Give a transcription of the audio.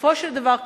בסופו של דבר כחברה,